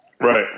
Right